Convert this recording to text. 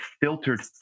filtered